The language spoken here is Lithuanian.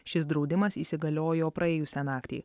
šis draudimas įsigaliojo praėjusią naktį